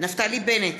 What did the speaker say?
נפתלי בנט,